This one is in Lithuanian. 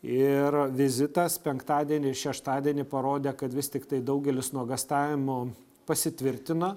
ir vizitas penktadienį šeštadienį parodė kad vis tiktai daugelis nuogąstavimų pasitvirtino